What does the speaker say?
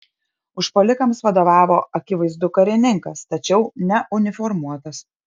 užpuolikams vadovavo akivaizdu karininkas tačiau neuniformuotas